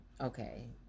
Okay